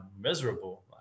miserable